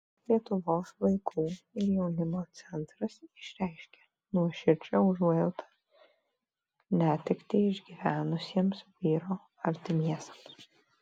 lietuvos vaikų ir jaunimo centras išreiškė nuoširdžią užuojautą netektį išgyvenusiems vyro artimiesiems